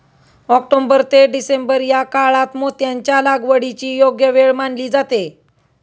October ते December या काळात मोत्यांच्या लागवडीची योग्य वेळ मानली जाते